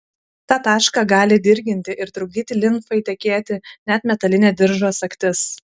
tą tašką gali dirginti ir trukdyti limfai tekėti net metalinė diržo sagtis